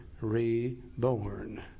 reborn